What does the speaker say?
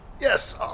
Yes